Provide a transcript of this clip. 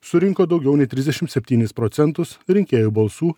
surinko daugiau nei trisdešim septynis procentus rinkėjų balsų